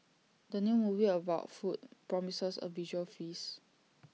the new movie about food promises A visual feast